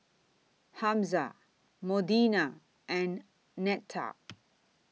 Hamza Modena and Netta